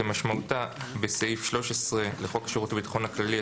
כמשמעותה בסעיף 13 לחוק שירות הביטחון הכללי,